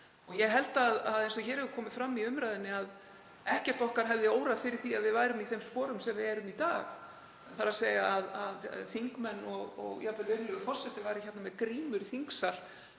Ég held, eins og hér hefur komið fram í umræðunni, að ekkert okkar hefði órað fyrir því að við værum í þeim sporum sem við erum í í dag, að þingmenn og jafnvel virðulegur forseti væri með grímur í þingsal